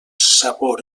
sabor